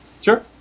Sure